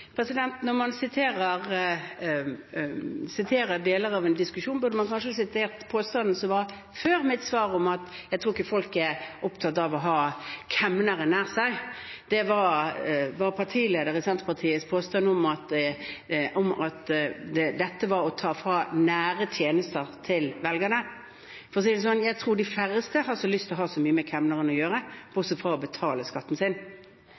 Når man siterer deler av en diskusjon, burde man kanskje sitert påstanden som var før mitt svar om at jeg ikke tror at folk er opptatt av å ha kemneren nær seg. Det var partilederen i Senterpartiets påstand om at dette var å ta nære tjenester fra velgerne. Jeg tror de færreste har så lyst til å ha så mye med kemneren å gjøre, bortsett fra å betale skatten sin.